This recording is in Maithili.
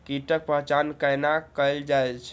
कीटक पहचान कैना कायल जैछ?